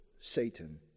Satan